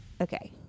Okay